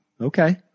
Okay